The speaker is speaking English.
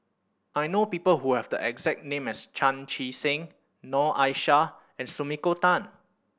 I know people who have the exact name as Chan Chee Seng Noor Aishah and Sumiko Tan